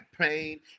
pain